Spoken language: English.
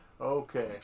Okay